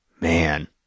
Man